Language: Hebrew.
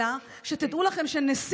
אלא שתדעו לכם שעל פי חוק,